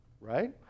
right